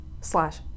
slash